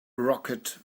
rocked